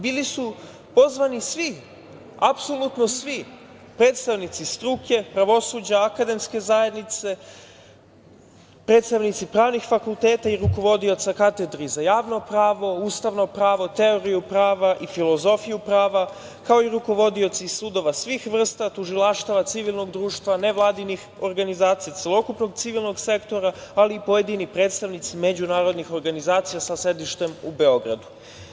Bili su pozvani svi, apsolutno svi predstavnici struke, pravosuđa, akademske zajednice, predstavnici pravnih fakulteta i rukovodioca katedri za Javno pravo, Ustavno pravo, Teoriju prava i Filozofiju prava, kao i rukovodioci sudova svih vrsta, tužilaštava, civilnog društva, nevladinih organizacija, celokupnog civilnog sektora, ali i pojedini predstavnici međunarodnih organizacija sa sedištem u Beogradu.